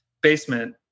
basement